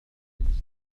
بالجلوس